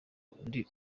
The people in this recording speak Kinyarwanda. undi